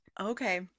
Okay